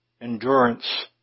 endurance